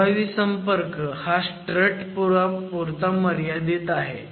प्रभावी संपर्क हा स्ट्रट पुरता मर्यादित आहे